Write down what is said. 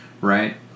right